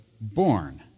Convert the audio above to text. born